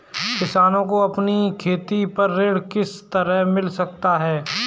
किसानों को अपनी खेती पर ऋण किस तरह मिल सकता है?